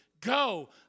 Go